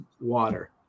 water